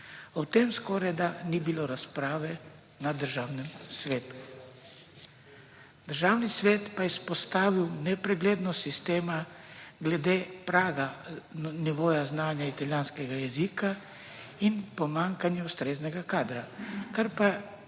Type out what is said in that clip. O tem skorajda ni bilo razprave na Državnem svetu. Državni svet pa je izpostavil nepreglednost sistema glede praga nivoja znanja italijanskega jezika in pomanjkanje ustreznega kadra, kar pa